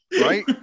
right